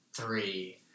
three